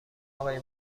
آقای